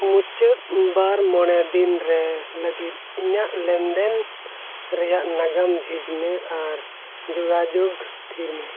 ᱢᱩᱪᱟᱹᱫ ᱵᱟᱨ ᱢᱚᱬᱮ ᱫᱤᱱ ᱨᱮ ᱞᱟᱹᱜᱤᱫ ᱤᱧᱟᱹᱜ ᱞᱮᱱᱫᱮᱱ ᱨᱮᱭᱟᱜ ᱱᱟᱜᱟᱢ ᱡᱷᱤᱡᱽ ᱢᱮ ᱟᱨ ᱡᱳᱜᱟᱡᱳᱜᱽ ᱛᱷᱤᱨ ᱢᱮ